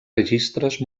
registres